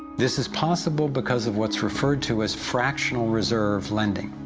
this is possible because of what's referred to as fractional reserve lending.